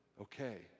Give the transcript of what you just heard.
okay